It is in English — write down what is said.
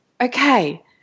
okay